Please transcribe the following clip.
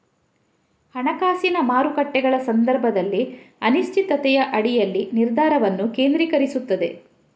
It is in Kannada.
ಹಣಕಾಸಿನ ಮಾರುಕಟ್ಟೆಗಳ ಸಂದರ್ಭದಲ್ಲಿ ಅನಿಶ್ಚಿತತೆಯ ಅಡಿಯಲ್ಲಿ ನಿರ್ಧಾರವನ್ನು ಕೇಂದ್ರೀಕರಿಸುತ್ತದೆ